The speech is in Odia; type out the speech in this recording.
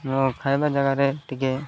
ମୋ ଖାଇବା ଜାଗାରେ ଟିକେ